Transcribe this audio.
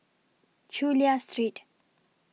Chulia Street